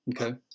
Okay